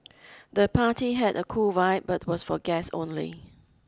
the party had a cool vibe but was for guests only